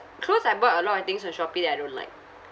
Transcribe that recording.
clothes I bought a lot of things on shopee that I don't like